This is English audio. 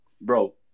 bro